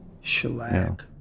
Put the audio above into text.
shellac